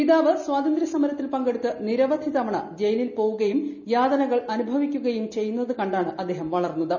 പിതാവ് സ്വാതന്ത്ര്യസമരത്തിൽ പങ്കെടു ത്ത് നിരവധി തവണ ജയിലിൽ പോവുക്രയും യാതനകൾ അനു ഭവിക്കുകയും ചെയ്യുന്നത് കണ്ടാണ്ട് അദ്ദേഹം വളർന്നത്